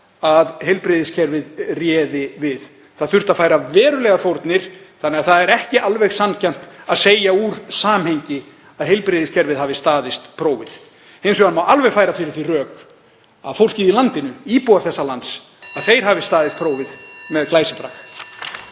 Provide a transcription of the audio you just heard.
að heilbrigðiskerfið réði við álagið. Það þurfti að færa verulegar fórnir. Þannig að það er ekki alveg sanngjarnt að segja úr samhengi að heilbrigðiskerfið hafi staðist prófið. Hins vegar má alveg færa fyrir því rök að fólkið í landinu, íbúar þessa lands, (Forseti hringir.) hafi staðist prófið með glæsibrag.